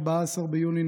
14 ביוני,